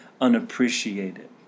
unappreciated